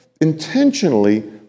intentionally